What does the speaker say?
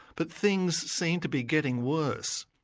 but things seem to be getting worse.